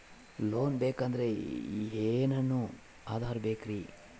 Loan ಬೇಕಾದ್ರೆ ಏನೇನು ಆಧಾರ ಬೇಕರಿ?